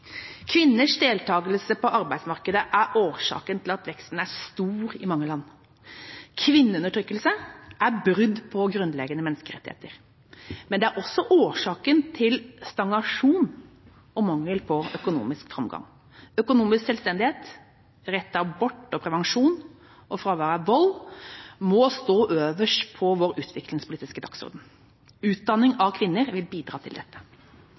Kvinners deltagelse på arbeidsmarkedet er årsaken til at veksten er stor i mange land. Kvinneundertrykkelse er brudd på grunnleggende menneskerettigheter, men er også årsak til stagnasjon og mangel på økonomisk framgang. Økonomisk selvstendighet, rett til abort og prevensjon og fravær av vold må stå øverst på vår utviklingspolitiske dagsorden. Utdanning av kvinner vil bidra til dette.